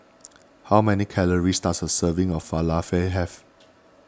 how many calories does a serving of Falafel have